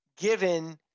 given